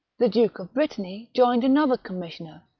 the duke of brittany joined another commissioner,